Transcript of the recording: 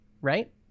Right